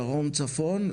דרום צפון,